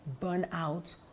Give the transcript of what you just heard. burnout